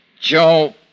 Joe